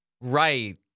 right